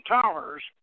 towers